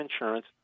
insurance